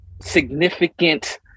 significant